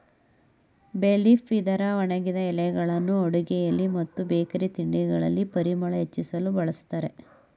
ಬೇ ಲೀಫ್ ಇದರ ಒಣಗಿದ ಎಲೆಗಳನ್ನು ಅಡುಗೆಯಲ್ಲಿ ಮತ್ತು ಬೇಕರಿ ತಿಂಡಿಗಳಲ್ಲಿ ಪರಿಮಳ ಹೆಚ್ಚಿಸಲು ಬಳ್ಸತ್ತರೆ